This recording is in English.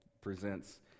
presents